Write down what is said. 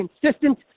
consistent